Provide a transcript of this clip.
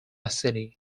city